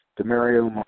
DeMario